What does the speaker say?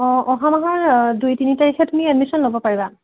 অঁ অহা মাহৰ দুই তিনি তাৰিখে তুমি এডমিশ্যন ল'ব পাৰিবা